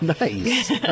Nice